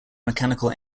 mechanical